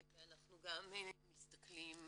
אנחנו גם מסתכלים